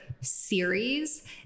series